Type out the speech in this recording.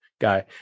guy